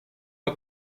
the